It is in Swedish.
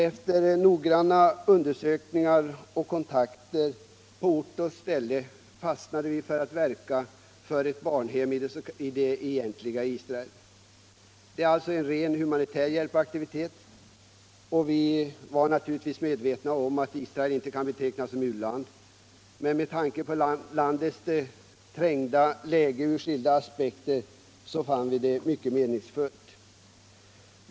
Efter noggranna undersökningar och kontakter på ort och ställe fastnade vi för att verka för ett barnhem i det egentliga Israel. Det var alltså en rent humanitär hjälpaktivitet. Vi var naturligtvis medvetna om att Israel inte kan betecknas som ett u-land, men med tanke på landets ur skilda aspekter trängda läge fann vi det mycket meningsfullt.